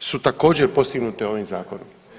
su također postignute ovim zakonom.